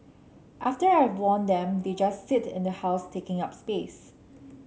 after I've worn them they just sit in the house taking up space